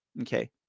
Okay